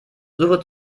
suche